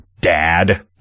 Dad